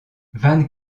vingt